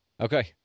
Okay